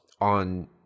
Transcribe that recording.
on